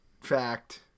fact